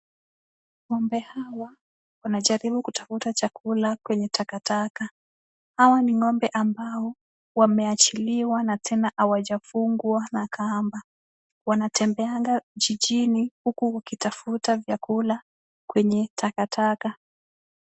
Ng'ombe hawa wanajaribu kutafuta chakula kwenye takataka. Hawa ni ambao wameachiliwa na tena hawajafungwa na kamba. Wanatembeanga jijini huku wakitafuta vyakula kwenye takataka.